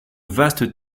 vastes